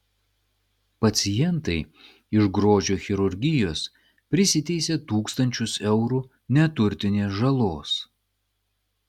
pacientai iš grožio chirurgijos prisiteisė tūkstančius eurų neturtinės žalos